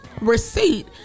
receipt